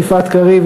יפעת קריב,